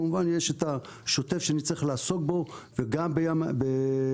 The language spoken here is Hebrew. כמובן יש את השוטף שצריך לעסוק בו וגם במפרץ אילת.